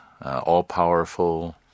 all-powerful